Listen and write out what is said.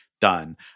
done